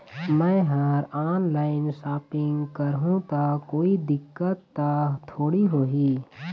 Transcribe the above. मैं हर online shopping करू ता कोई दिक्कत त थोड़ी होही?